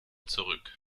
zurück